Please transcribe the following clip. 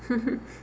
mmhmm